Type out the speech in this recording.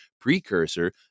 precursor